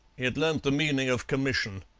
he'd learnt the meaning of commission.